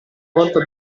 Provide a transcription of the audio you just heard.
volta